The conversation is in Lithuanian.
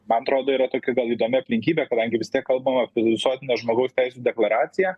man atrodo yra tokia gal įdomi aplinkybė kadangi vis tiek kalbam apie visuotinę žmogaus teisių deklaraciją